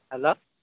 hello